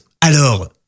Alors